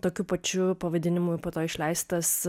tokiu pačiu pavadinimu po to išleistas